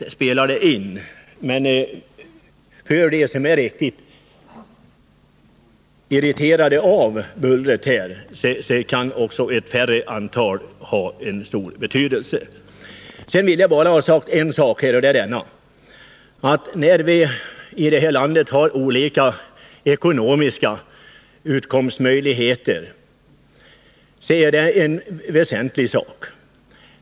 Visst spelar det in, men det är främst för dem som är riktigt irriterade av bullret som ett mindre antal flygplansrörelser kan ha stor betydelse. Sedan vill jag tillägga en väsentlig sak, nämligen att vi har olika ekonomiska utkomstmöjligheter i olika delar av landet.